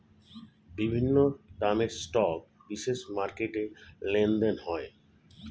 বিভিন্ন দামের স্টক বিশেষ মার্কেটে লেনদেন হয়